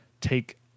take